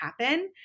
happen